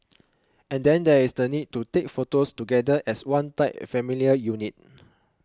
and then there is the need to take photos together as one tight familial unit